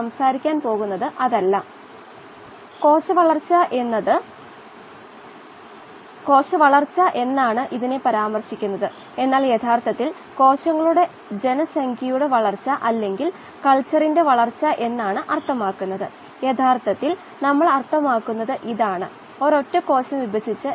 ജീവിക്കാൻ പറ്റുന്ന താപനില ചെറുതാണെങ്കിൽ ജീവികളെ സ്റ്റീനോതെർമൽ എന്നും ജീവിക്കാൻ പറ്റുന്ന താപനില വലുതാണെങ്കിൽ ജീവികളെ യൂറിതെർമൽ എന്നും തരംതിരിക്കാം